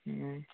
ହୁଁ